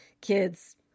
kids